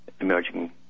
emerging